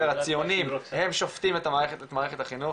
והציונים הם שופטים את מערכת החינוך.